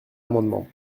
amendement